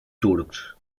turcs